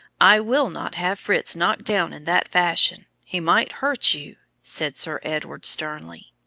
i will not have fritz knocked down in that fashion. he might hurt you, said sir edward, sternly.